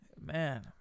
Man